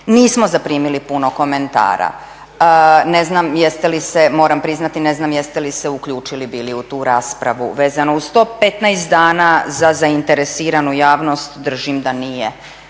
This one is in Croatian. Nismo zaprimili puno komentara. Ne znam jeste li se, moram priznati ne znam jeste li se uključili bili u tu raspravu. Vezano uz to 15 dana za zainteresiranu javnost držim da nije